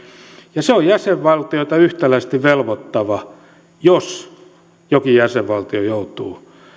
ja se on jäsenvaltioita yhtäläisesti velvoittava jos jokin jäsenvaltio joutuu